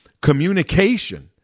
communication